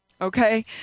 Okay